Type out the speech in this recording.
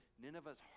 Nineveh's